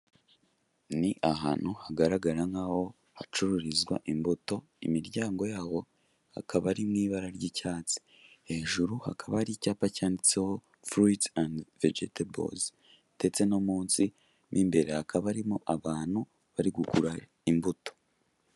Ni ahantu hagaragara nk'aho hacururizwa imbuto imiryango yaho hakaba ari mui ibara ry'icyatsi, hejuru hakaba ari icyapa cyanditseho fruits and vegetables ndetse no munsi mo imbere hakaba harimo abantu bari kugura imbuto.